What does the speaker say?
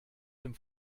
dem